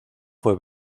fue